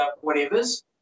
whatever's